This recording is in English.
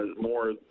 more